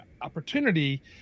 opportunity